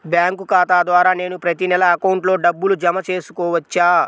Bank ఖాతా ద్వారా నేను ప్రతి నెల అకౌంట్లో డబ్బులు జమ చేసుకోవచ్చా?